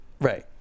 Right